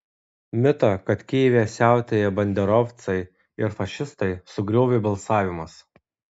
mitą kad kijeve siautėja banderovcai ir fašistai sugriovė balsavimas